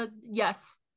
Yes